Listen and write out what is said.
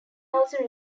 also